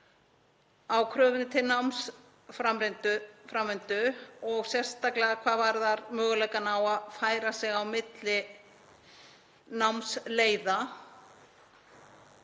á kröfunni til námsframvindu og sérstaklega hvað varðar möguleikann á að færa sig á milli námsleiða,